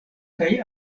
kaj